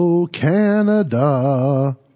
Canada